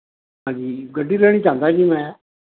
ਹਾਂਜੀ ਗੱਡੀ ਲੈਣੀ ਚਾਹੁੰਦਾ ਜੀ ਮੈਂ